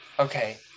Okay